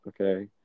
Okay